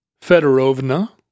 Fedorovna